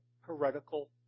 heretical